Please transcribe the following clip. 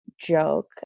joke